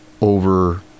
over